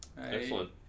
Excellent